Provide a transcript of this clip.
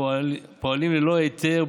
פועלים ללא היתר,